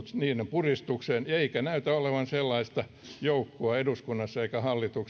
puristukseen eikä näytä olevan sellaista joukkoa eduskunnassa eikä hallituksessa joka